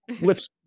lifts